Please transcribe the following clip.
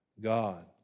God